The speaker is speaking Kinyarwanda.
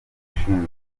ushinzwe